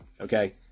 Okay